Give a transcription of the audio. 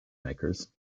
makers